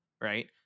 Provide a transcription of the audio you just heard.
right